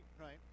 Right